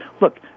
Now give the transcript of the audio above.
look